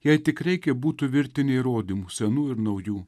jei tik reikia būtų virtinė įrodymų senų ir naujų